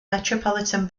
metropolitan